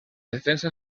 defensa